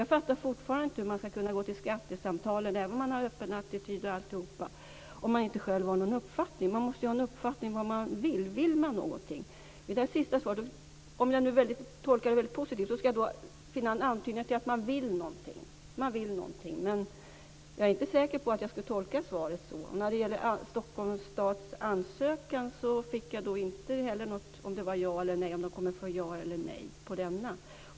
Jag förstår fortfarande inte hur man skall kunna gå till skattesamtalen om man inte har en uppfattning, även om man har en öppen attityd och allt vad det är. Man måste ju ha en uppfattning om vad man vill. Vill man någonting? Om jag skall tolka detta sista svar positivt finner jag en antydan om att man vill någonting. Men jag är inte säker på att jag skall tolka svaret så. När det gäller Stockholms stads ansökan fick jag inget besked om det kommer att bli ett ja eller nej.